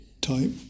type